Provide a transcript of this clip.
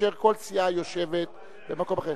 כאשר כל סיעה יושבת במקום אחר.